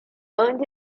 earned